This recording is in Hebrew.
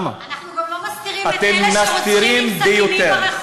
אנחנו גם לא מסתירים, אתם מסתירים ביותר.